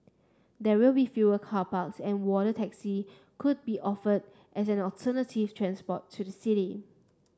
there will be fewer car parks and water taxi could be offered as an alternative transport to the city